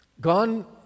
gone